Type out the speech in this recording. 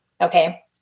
Okay